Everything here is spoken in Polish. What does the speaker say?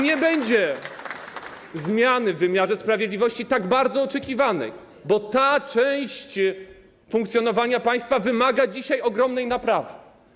Nie będzie zmiany w wymiarze sprawiedliwości, tak bardzo oczekiwanej, bo ta część funkcjonowania państwa wymaga dzisiaj ogromnej naprawy.